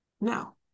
now